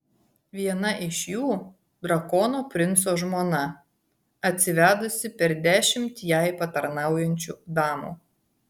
viena iš jų drakono princo žmona atsivedusi per dešimt jai patarnaujančių damų